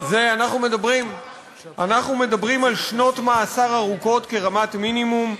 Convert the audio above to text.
אנחנו מדברים על שנות מאסר ארוכות כרמת מינימום.